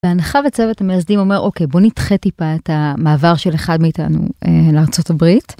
בהנחה וצוות המייסדים אומר אוקיי בוא נדחה טיפה את המעבר של אחד מאיתנו לארה״ב.